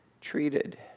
treated